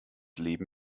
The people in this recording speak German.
leben